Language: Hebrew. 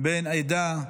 בין עדה,